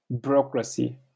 bureaucracy